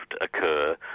occur